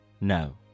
no